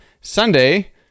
Sunday